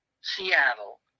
Seattle